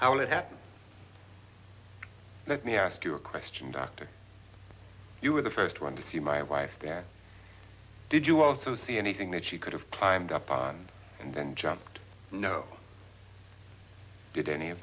happened let me ask you a question dr you were the first one to see my wife there did you also see anything that she could have climbed up on and then jumped no did any of